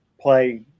play